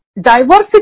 diversity